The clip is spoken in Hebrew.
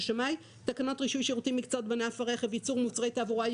שמאי); תקנות רישוי שירותים ומקצועות בענף הרכב (ייצור מוצרי תעבורה,